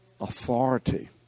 authority